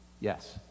Yes